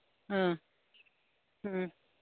ꯑ ꯎꯝ